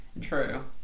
True